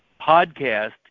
podcast